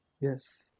yes